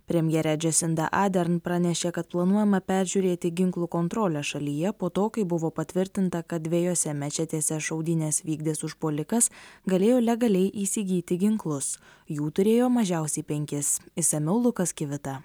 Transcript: premjerė džasinda adern pranešė kad planuojama peržiūrėti ginklų kontrolę šalyje po to kai buvo patvirtinta kad dviejose mečetėse šaudynes vykdęs užpuolikas galėjo legaliai įsigyti ginklus jų turėjo mažiausiai penkis išsamiau lukas kvita